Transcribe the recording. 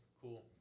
cool